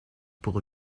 pour